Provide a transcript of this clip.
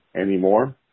anymore